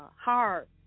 hard